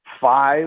five